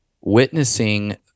witnessing